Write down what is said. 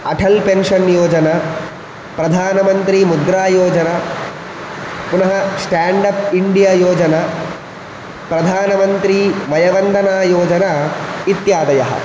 Atal pension योजना प्रधानमन्त्रीमुद्रायोजना पुनः स्टेण्डप् इण्डिया योजना प्रधानमन्त्रीमयबन्दनायोजना इत्यादयः